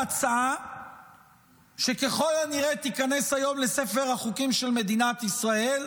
ההצעה שככל הנראה תיכנס היום לספר החוקים של מדינת ישראל,